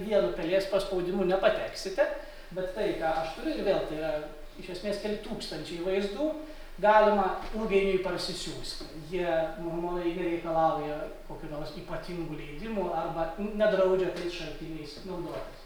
vienu pelės paspaudimu nepateksite bet tai ką aš turiu ir vėl tai yra iš esmės keli tūkstančiai vaizdų galima ilgainiui parsisiųst jie mormonai nereikalauja kokių nors ypatingų leidimų arba nedraudžia tais šaltiniais naudotis